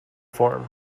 form